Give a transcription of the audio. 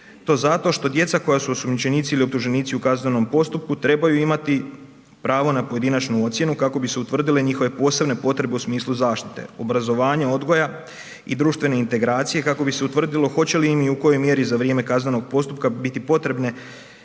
To zašto što djeca koja su osumnjičenici ili optuženici u kaznenom postupku, trebaju imati pravo na pojedinačnu ocjenu kako bi se utvrdile njihove posebne potrebe u smislu zaštite, obrazovanja, odgoja i društvene integracije kako bi se utvrdilo hoće li im i u kojoj mjeri za vrijeme kaznenog postupka biti potrebne